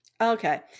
Okay